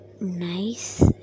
nice